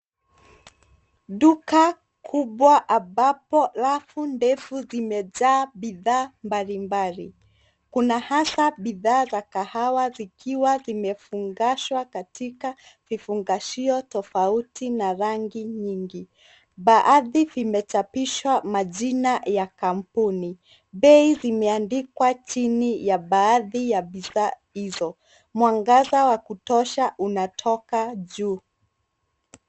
Duka kubwa ambapo rafu ndefu zimejaa bidhaa mbalimbali. Kuna hasa bidhaa za kahawa zikiwa zimefungashwa katika vifungashio tofauti na rangi nyingi. Baadhi vimechapishwa majina ya kampuni. Bei zimeandikwa chini ya baadhi ya bidhaa hizo. Mwangaza wa kutosha unatoka juu.